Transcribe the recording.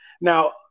Now